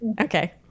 Okay